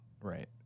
right